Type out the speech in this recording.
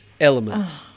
element